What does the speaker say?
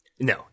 No